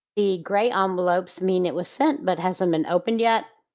the gray um envelopes mean it was sent but hasn't been opened yet.